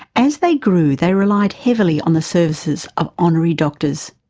as they grew, they relied heavily on the services of honorary doctors.